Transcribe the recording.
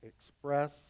express